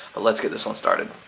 but let's get this one started.